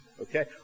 Okay